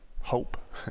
hope